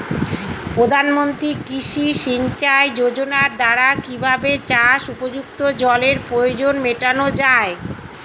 প্রধানমন্ত্রী কৃষি সিঞ্চাই যোজনার দ্বারা কিভাবে চাষ উপযুক্ত জলের প্রয়োজন মেটানো য়ায়?